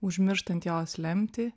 užmirštant jos lemtį